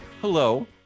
Hello